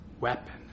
weapon